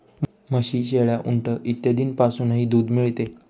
म्हशी, शेळ्या, उंट इत्यादींपासूनही दूध मिळते